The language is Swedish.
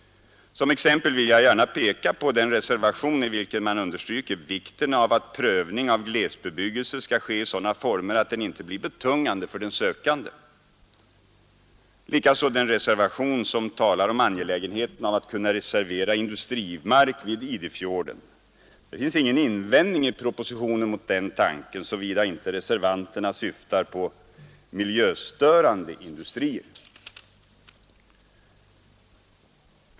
Som exempel vill jag peka på den reservation i vilken man understryker vikten av att prövning av glesbebyggelse skall ske i sådana former att den inte blir betungande Nr 145 för SER sökande. Detsamma gäller Ka FESTENS Sen talar om Fredagen den SERSINUSHAANEA = Set KSrAnE TSESTVENA industrimark vid KISSAR Det IStdivnbeis finns ingen invändning i propositionen mot den tanken, såvida inte ——— reservanterna syftar på miljöstörande industrier.